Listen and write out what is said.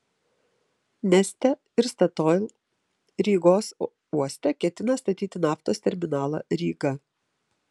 neste ir statoil rygos uoste ketina statyti naftos terminalą ryga